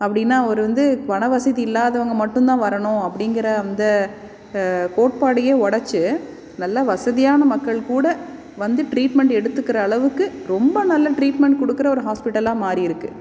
அப்படினா அவர் வந்து பண வசதி இல்லாதவங்க மட்டும் தான் வரணும் அப்படிங்கிற அந்த கோட்பாடையே உடச்சி நல்ல வசதியான மக்கள் கூட வந்து ட்ரீட்மெண்ட் எடுத்துக்கிற அளவுக்கு ரொம்ப நல்ல ட்ரீட்மெண்ட் கொடுக்குற ஒரு ஹாஸ்பிட்டலாக மாறியிருக்கு